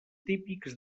típics